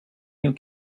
you